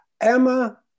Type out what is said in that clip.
Emma